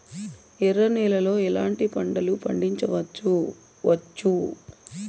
ఎర్ర నేలలో ఎట్లాంటి పంట లు పండించవచ్చు వచ్చు?